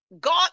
God